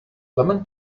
lemon